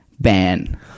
ban